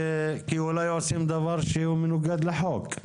כי אולי עושים דבר שהוא מנוגד לחוק,